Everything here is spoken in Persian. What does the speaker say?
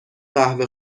قهوه